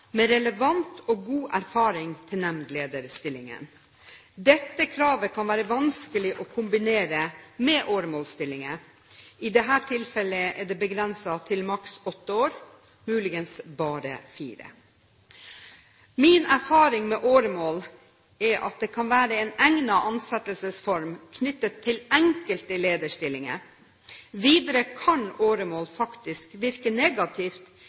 med relevant og god erfaring til nemndlederstillingene. Dette kravet kan være vanskelig å kombinere med åremålsstillinger, i dette tilfellet begrenset til maks åtte år, muligens bare fire. Min erfaring med åremål er at det kan være en egnet ansettelsesform knyttet til enkelte lederstillinger, men åremål kan faktisk virke negativt